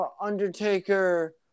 Undertaker